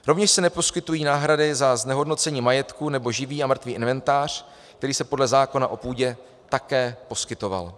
Rovněž se neposkytují náhrady za znehodnocení majetku nebo živý a mrtvý inventář, který se podle zákona o půdě také poskytoval.